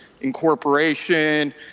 incorporation